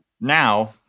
Now